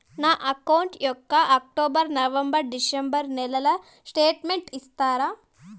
నా అకౌంట్ యొక్క October, November, December నెలల స్టేట్మెంట్ ఇస్తారా?